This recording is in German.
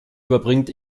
überbringt